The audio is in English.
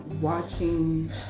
watching